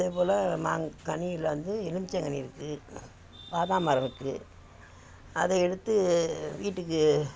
அதேபோல் மாங் கனியில் வந்து எலுமிச்சங்கனி இருக்குது வாதாமரம் இருக்குது அதை எடுத்து வீட்டுக்கு